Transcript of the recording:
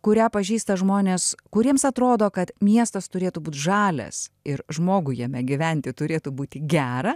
kurią pažįsta žmonės kuriems atrodo kad miestas turėtų būt žalias ir žmogui jame gyventi turėtų būti gera